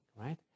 right